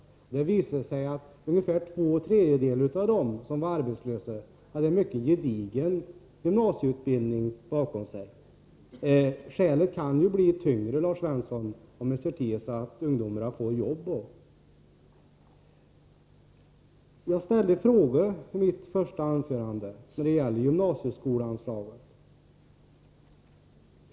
Den undersökningen visade att ungefär två tredjedelar av dem som var arbetslösa hade en mycket gedigen gymnasieutbildning bakom sig. Skälet kan ju bli tyngre, Lars Svensson, om man ser till att ungdomarna också får jobb. Jag ställde frågor om gymnasieskoleanslaget i mitt första anförande.